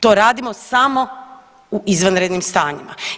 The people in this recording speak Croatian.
To radimo samo u izvanrednim stanjima.